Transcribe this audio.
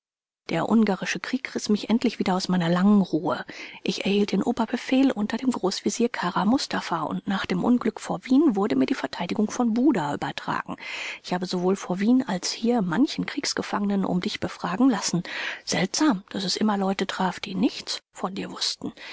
der ungarische krieg riß mich endlich wieder aus meiner langen ruhe ich erhielt den oberbefehl unter dem großvezier kara mustapha und nach dem unglück vor wien wurde mir die verteidigung von buda übertragen ich habe sowohl vor wien als hier manchen kriegsgefangenen um dich befragen lassen seltsam daß es immer leute traf die nichts von dir wußten